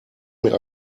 mir